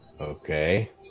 Okay